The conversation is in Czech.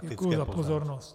Děkuji za pozornost.